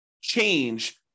change